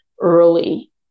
early